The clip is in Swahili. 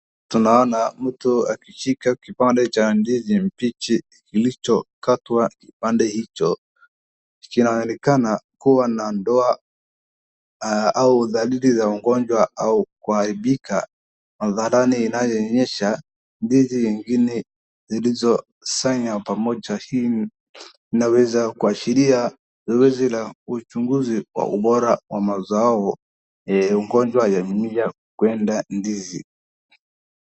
Tunaona mtu akishika kipande cha ndizi mbichi kilichokatwa kipande hicho, kinaonekana kuwa na doa au dalili za ugonjwa au kuharibika, hadharani inayoonyesha ndizi ingine zilizosanywa pamoja, hii inaweza kuashiria zoezi la uchunguzi wa ubora wa mazao yenye ugonjwa yenye hupenda ndizi.